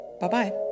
Bye-bye